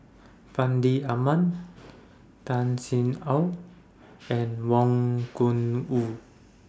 Fandi Ahmad Tan Sin Aun and Wang Gungwu